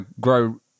grow